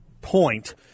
point